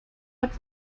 hat